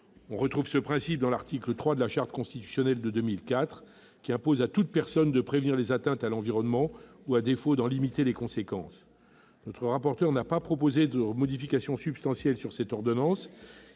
On retrouve ce principe dans l'article 3 de la Charte constitutionnelle de 2004 qui impose à toute personne de prévenir les atteintes à l'environnement ou, à défaut, d'en limiter les conséquences. Notre rapporteur n'a pas proposé de modification substantielle de cette ordonnance.